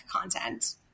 content